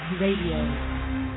Radio